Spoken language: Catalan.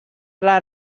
les